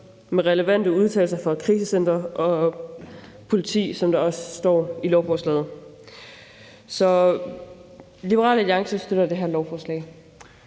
med relevante udtalelser fra et krisecenter og politiet, som der også står i lovforslaget. Så Liberal Alliance støtter det her lovforslag.